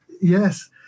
yes